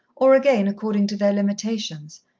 or again, according to their limitations,